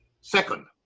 second